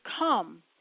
come